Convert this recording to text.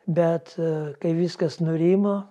bet kai viskas nurimo